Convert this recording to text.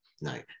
No